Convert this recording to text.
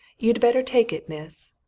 you'd better take it, miss.